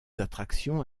attractions